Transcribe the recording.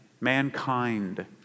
mankind